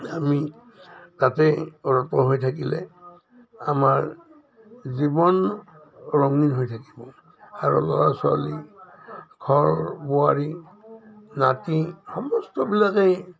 আমি তাতেই অৰ্পণ হৈ থাকিলে আমাৰ জীৱন ৰঙীন হৈ থাকিব আৰু ল'ৰা ছোৱালী ঘৰ বোৱাৰী নাতি সমস্তবিলাকেই